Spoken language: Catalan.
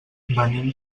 venim